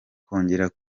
kongera